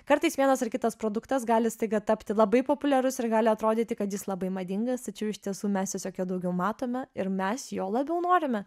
kartais vienas ar kitas produktas gali staiga tapti labai populiarus ir gali atrodyti kad jis labai madingas tačiau iš tiesų mes tiesiog jo daugiau matome ir mes jo labiau norime